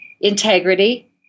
integrity